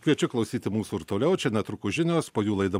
kviečiu klausyti mūsų ir toliau čia netrukus žinios po jų laida